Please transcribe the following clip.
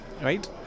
Right